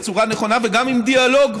בצורה נכונה וגם עם דיאלוג,